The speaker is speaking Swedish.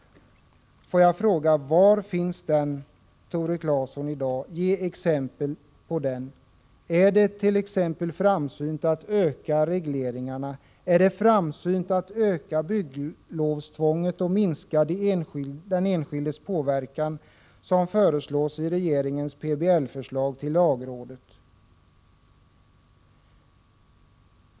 Får jag fråga: Var finns den i dag, Tore Claeson? Ge exempel på den! Är dett.ex. framsynt att öka regleringarna? Är det framsynt att öka bygglovstvånget och att minska den enskildes påverkan, enligt regeringens PBL-förslag till lagrådet?